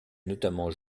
notamment